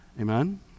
Amen